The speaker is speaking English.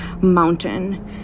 mountain